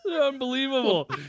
Unbelievable